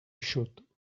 eixut